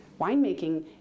Winemaking